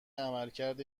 عملکرد